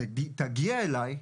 תגיע אליי,